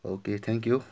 okay thank you